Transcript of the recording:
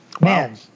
Man